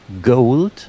gold